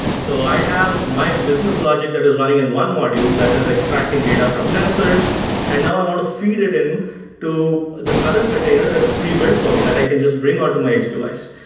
so i have my business logic that is running in one module, that is extracting data from sensors and now i want to feed it in to this other container that is pre-built for me, that i can just bring out um to my edge device.